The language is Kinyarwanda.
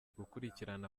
gukurikirana